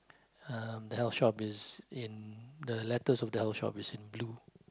um the health shop is in the letters of the health shop is in blue